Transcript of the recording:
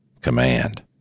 command